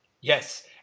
Yes